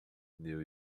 new